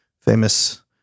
famous